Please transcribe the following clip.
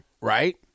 right